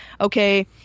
okay